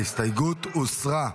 ההסתייגות הוסרה.